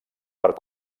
per